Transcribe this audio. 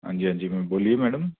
हां जी हां जी बोलिए मैडम